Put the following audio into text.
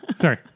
Sorry